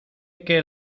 que